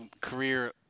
career –